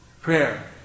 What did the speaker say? prayer